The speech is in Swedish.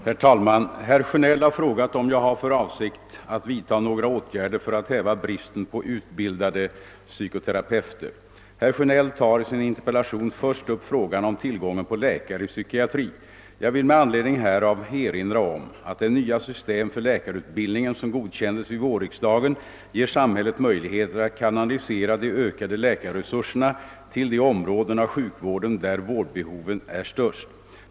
Herr talman! Herr Sjönell har frågat om jag har för avsikt att vidta några åtgärder för att häva bristen på utbildade psykoterapeuter. Herr Sjönell tar i sin interpellation först upp frågan om tillgången på läkare i psykiatri. Jag vill med anledning härav erinra om att det nya system för läkarutbildningen som godkändes vid vårriksdagen ger samhället möjligheter att kanalisera de ökande läkarresurserna till: de områden av sjukvården där vårdbehoven är störst.